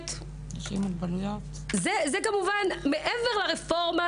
זה כמובן מעבר לרפורמה